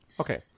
Okay